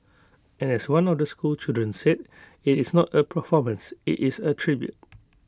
and as one of the schoolchildren said IT is not A performance IT is A tribute